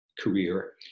career